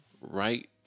right